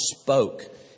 spoke